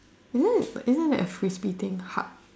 is it isn't that a Frisbee thing hard